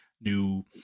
new